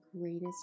greatest